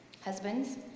Husbands